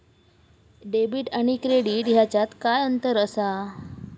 Debit आणि credit ह्याच्यात काय अंतर असा?